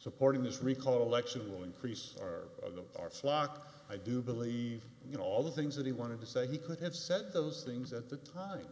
supporting this recall election will increase our flock i do believe you know all the things that he wanted to say he could have said those things at the time